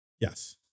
Yes